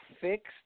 fixed